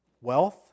wealth